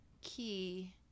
key